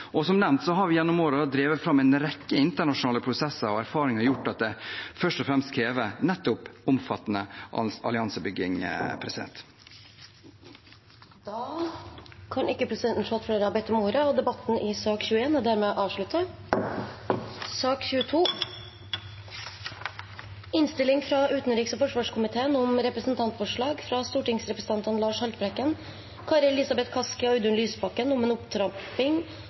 Som nevnt har vi gjennom årene drevet fram en rekke internasjonale prosesser og erfaringer som har gjort at det først og fremst er nettopp omfattende alliansebygging som kreves. Flere har ikke bedt om ordet til sak nr. 21. Etter ønske fra utenriks- og forsvarskomiteen vil presidenten ordne debatten